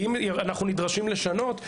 אם אנחנו נדרשים לשנות,